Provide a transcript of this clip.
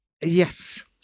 yes